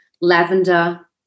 lavender